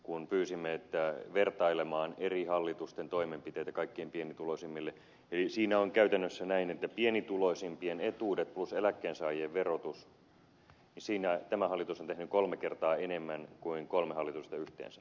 kun pyysimme vertailemaan eri hallitusten toimenpiteitä kaikkein pienituloisimmille selvisi että siinä on käytännössä näin että pienituloisimpien etuuksissa plus eläkkeensaajien verotuksessa tämä hallitus on tehnyt kolme kertaa enemmän kuin kolme hallitusta yhteensä